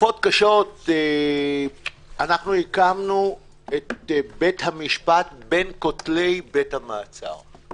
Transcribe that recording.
בתקופות קשות הקמנו את בית המשפט בין כותלי בית המעצר.